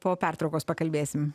po pertraukos pakalbėsim